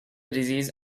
disease